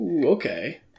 Okay